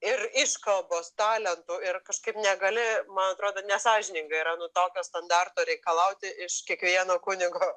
ir iškalbos talentų ir kažkaip negali man atrodo nesąžininga yra nu tokio standarto reikalauti iš kiekvieno kunigo